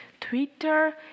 Twitter